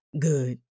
good